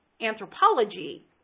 anthropology